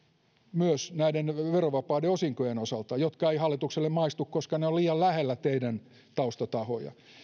myös näiden verovapaiden osinkojen osalta jotka eivät hallitukselle maistu koska ne ovat liian lähellä teidän taustatahojanne